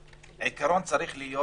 העיקרון צריך להיות